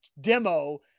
demo